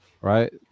right